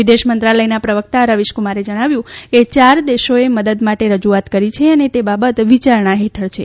વિદેશ મંત્રાલયના પ્રવકતા રવીશકુમારે જણાવ્યું કે યાર દેશોએ મદદ માટે રજૂઆત કરી છે અને તે બાબત વિચારણા હેઠળ છે